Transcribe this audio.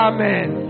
Amen